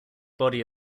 body